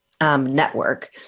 network